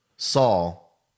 Saul